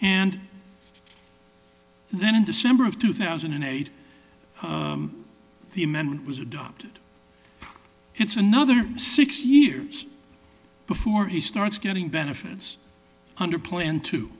and then in december of two thousand and eight the amendment was adopted it's another six years before he starts getting benefits under plan